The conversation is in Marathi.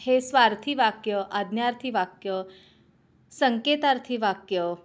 हे स्वार्थी वाक्य आज्ञार्थी वाक्य संकेतार्थी वाक्य